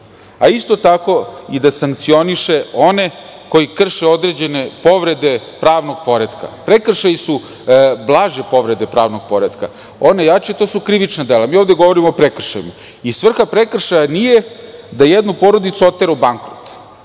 isto tako, da sankcioniše one koji krše određene povrede pravnog poretka. Prekršaji su blaže povrede pravnog poretka, one jače to su krivična dela. Mi ovde govorimo o prekršajima i svrha prekršaja nije da jednu porodicu otera u bankrot.